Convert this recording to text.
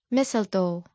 Mistletoe